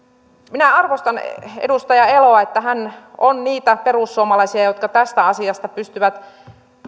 minä arvostan edustaja eloa hän on niitä perussuomalaisia jotka tästä asiasta pystyvät